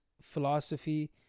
philosophy